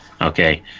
Okay